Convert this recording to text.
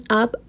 up